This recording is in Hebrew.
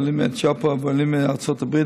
עולים מאתיופיה ועולים מארצות הברית,